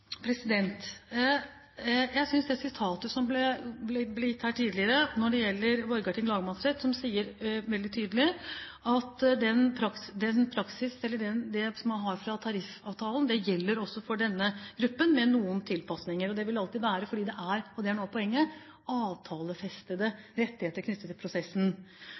Jeg synes det sitatet som ble gitt her tidligere når det gjelder Borgarting lagmannsrett, sier veldig tydelig at det man har fra tariffavtalen, gjelder også for denne gruppen, med noen tilpasninger. Det vil det alltid være fordi det er – og det er noe av poenget – avtalefestede rettigheter knyttet til prosessen.